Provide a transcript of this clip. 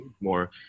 more